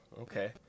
Okay